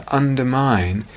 undermine